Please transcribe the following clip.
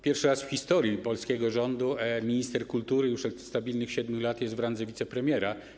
Pierwszy raz w historii polskiego rządu minister kultury już od stabilnych 7 lat jest w randze wicepremiera.